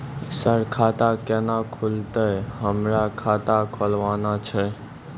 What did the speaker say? Sir खाता केना खुलतै, हमरा खाता खोलवाना छै?